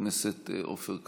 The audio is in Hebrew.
חבר הכנסת אופיר סופר,